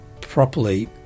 properly